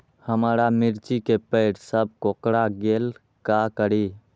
हमारा मिर्ची के पेड़ सब कोकरा गेल का करी?